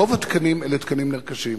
רוב התקנים הם תקנים נרכשים,